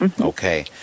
Okay